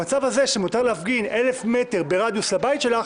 המצב שבו מותר להפגין 1,000 מטר ברדיוס הבית שלך